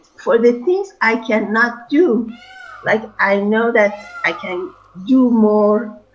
for the things i cannot do. like, i know that i can do more,